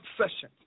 obsession